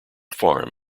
farm